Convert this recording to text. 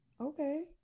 Okay